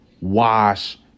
wash